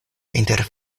inter